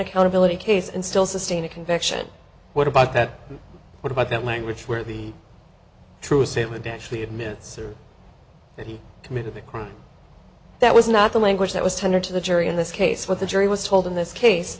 accountability case and still sustain a conviction what about that what about that language where the true state would actually admits that he committed the crime that was not the language that was tendered to the jury in this case what the jury was told in this case